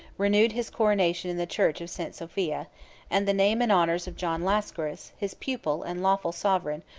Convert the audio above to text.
renewed his coronation in the church of st. sophia and the name and honors of john lascaris, his pupil and lawful sovereign,